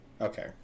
okay